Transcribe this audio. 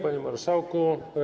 Panie Marszałku!